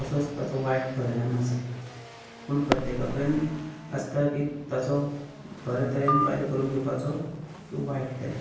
तसोच ताचो वायट परिणाम आसा पूण प्रत्येका कडेन आसता की ताचो बरे तरेन फायदो करून घेवपाचो की वायट तरेन